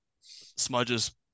Smudges